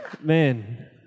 Man